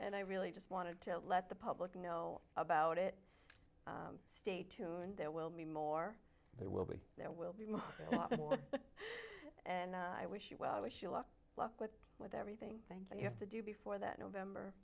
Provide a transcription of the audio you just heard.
and i really just wanted to let the public know about it stay tuned there will be more there will be there will be more and i wish you well i wish you luck luck with it with everything thank you have to do before that november